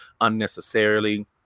unnecessarily